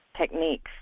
techniques